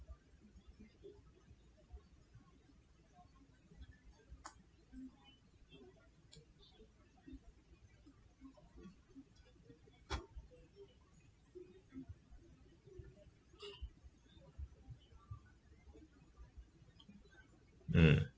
mm